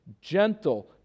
gentle